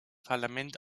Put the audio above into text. parlament